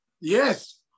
Yes